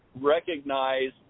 recognize